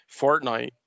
Fortnite